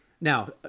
Now